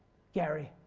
gary,